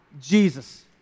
Jesus